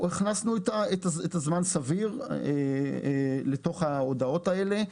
אנחנו הכנסנו זמן סביר לתוך ההודעות האלה.